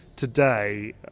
Today